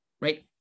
right